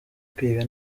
kwiga